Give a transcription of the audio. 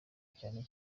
cyane